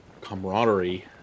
camaraderie